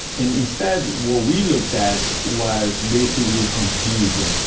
and instead what we looked at was basically confusion.